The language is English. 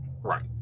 Right